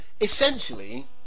Essentially